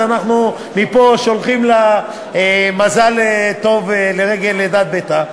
אז אנחנו מפה שולחים לה מזל טוב לרגל לידת בתה,